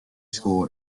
school